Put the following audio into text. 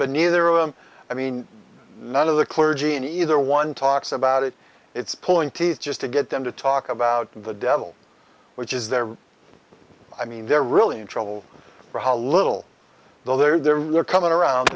been neither of them i mean none of the clergy in either one talks about it it's pulling teeth just to get them to talk about the devil which is their i mean they're really in trouble for a little though they're there they're coming around